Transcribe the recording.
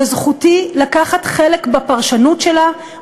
וזכותי לקחת חלק בפרשנות שלה,